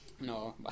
no